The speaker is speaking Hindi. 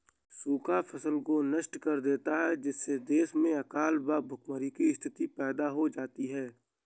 सूखा फसल को नष्ट कर देता है जिससे देश में अकाल व भूखमरी की स्थिति पैदा हो जाती है